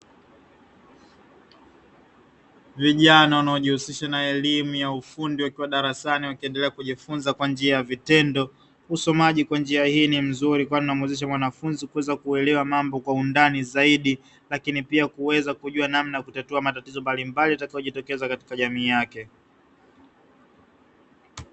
Vijana wanaojihusisha na elimu ya ufundi wakiwa darasani wakiendelea kujifunza kwa njia ya vitendo. Usomaji kwa njia hii ni mzuri kwani unamwezesha mwanafunzi kuweza kuelewa mambo kwa undani zaidi, lakini pia kuweza kujua namna ya kutatua matatizo mbalimbali yatakayojoitokeza katika jamii yake.